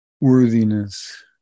worthiness